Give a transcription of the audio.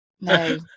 no